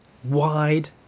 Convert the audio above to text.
wide